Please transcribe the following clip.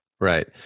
Right